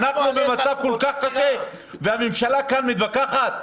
אנחנו במצב כל כך קשה והממשלה כאן מתווכחת?